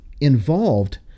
involved